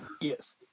Yes